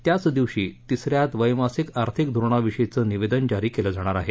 त्याच दिवशी तिस या द्वैमासिक आर्थिक धोरणाविषयीच विवेदन जारी केलज्ञिणार आहे